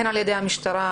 הן על-ידי המשטרה,